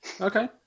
Okay